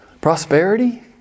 prosperity